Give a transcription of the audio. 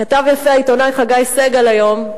כתב יפה העיתונאי חגי סגל היום,